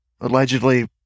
allegedly